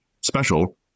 special